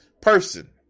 person